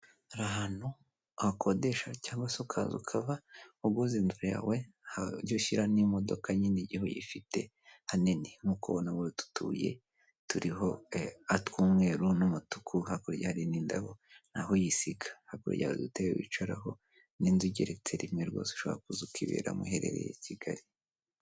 Hari ahantu wakodesha cyangwa se ukaza ukaba uguze inzu yawe, wajya ushyira n'imodoka nyine niba uyifite hanini, nk'ukuntu ubona utu tubuye turiho tw'umweruru n'umutuku, hakurya hari n'indabo ni aho uyisiga, hakurya hari udutebe wicaraho n'inzu igeretse rimwe rwose ushobora kuza ukiberamo rwose niba uherereye i Kigali.